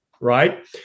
right